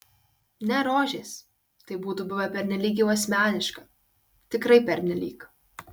ne rožės tai būtų buvę pernelyg jau asmeniška tikrai pernelyg